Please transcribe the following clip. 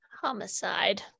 Homicide